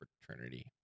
fraternity